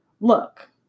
look